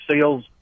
sales